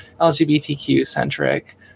LGBTQ-centric